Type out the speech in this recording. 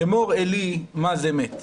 אמור אלי מה זה מת.